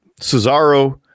Cesaro